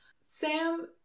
Sam